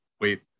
wait